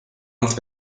alt